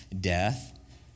death